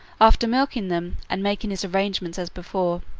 after milking them and making his arrangements as before,